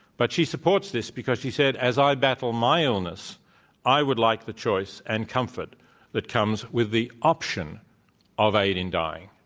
but she supports this because she said, as i battle my illness i would like the choice and comfort that comes with the option of aid in dying.